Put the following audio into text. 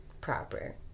proper